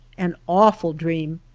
an awful dream,